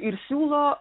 ir siūlo